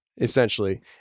essentially